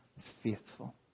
faithful